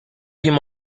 him